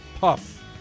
puff